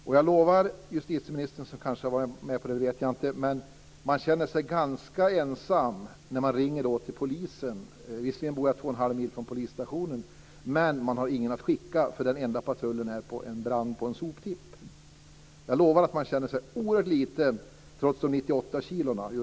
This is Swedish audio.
Och jag lovar justitieministern att jag kände mig ganska ensam när jag i denna situation ringde till polisen men man inte hade någon att skicka - jag bor visserligen två och en halv mil från polisstationen - eftersom den enda patrullen befinner sig vid en brand på en soptipp. Jag lovar att jag kände mig oerhört liten trots mina 98 kilo.